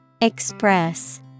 Express